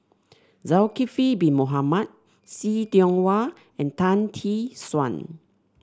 Zulkifli Bin Mohamed See Tiong Wah and Tan Tee Suan